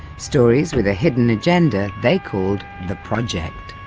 stories with a hidden agenda they called the project.